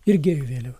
ir gėjų vėliava